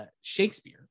Shakespeare